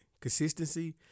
Consistency